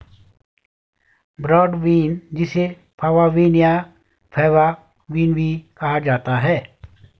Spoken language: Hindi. ब्रॉड बीन जिसे फवा बीन या फैबा बीन भी कहा जाता है